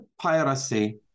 piracy